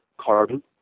carbon